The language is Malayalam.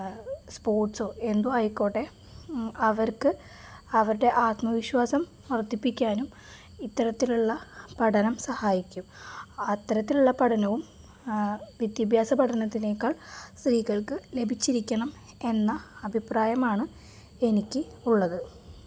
സ്പോർട്സോ എന്തുമായിക്കോട്ടെ അവർക്കവരുടെ ആത്മവിശ്വാസം വർദ്ധിപ്പിക്കാനും ഇത്തരത്തിലുള്ള പഠനം സഹായിക്കും അത്തരത്തിലുള്ള പഠനവും വിദ്യാഭ്യാസ പഠനത്തിനെക്കാൾ സ്ത്രീകൾക്ക് ലഭിച്ചിരിക്കണമെന്ന അഭിപ്രായമാണ് എനിക്കുള്ളത്